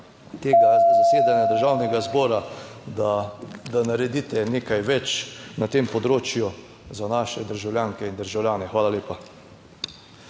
tega zasedanja Državnega zbora, da naredite nekaj več na tem področju za naše državljanke in državljane. Hvala lepa.